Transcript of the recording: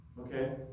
okay